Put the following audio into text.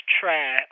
try